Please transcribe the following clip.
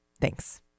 Thanks